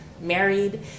married